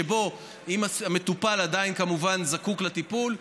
שבו אם המטופל עדיין זקוק לטיפול,